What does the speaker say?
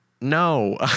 no